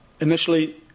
initially